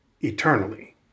eternally